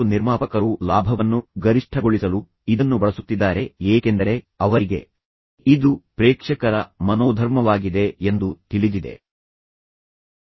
ಮತ್ತು ದೂರದರ್ಶನ ನಿರ್ಮಾಪಕರು ತಮ್ಮ ಲಾಭವನ್ನು ಗರಿಷ್ಠಗೊಳಿಸಲು ಇದನ್ನು ಬಳಸುತ್ತಿದ್ದಾರೆ ಏಕೆಂದರೆ ಅವರಿಗೆ ಇದು ಪ್ರೇಕ್ಷಕರ ಮನೋಧರ್ಮವಾಗಿದೆ ಎಂದು ತಿಳಿದಿದೆ ಮತ್ತು ಅವರು ಅದನ್ನು ಪೂರ್ಣಗೊಳಿಸುವ ಮುನ್ನ ವರ್ಷಗಟ್ಟಲೆ ಒಟ್ಟಿಗೆ ನಡೆಸಬಹುದು